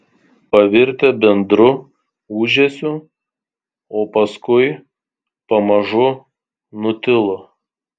pavirtę bendru ūžesiu o paskui pamažu nutilo